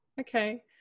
Okay